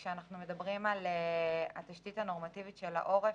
כשאנחנו מדברים על התשתית הנורמטיבית של העורף,